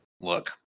Look